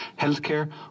Healthcare